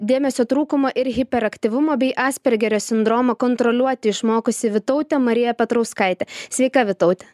dėmesio trūkumą ir hiperaktyvumą bei aspergerio sindromą kontroliuoti išmokusi vytautė marija petrauskaitė sveika vytaute